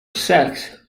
sex